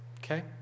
Okay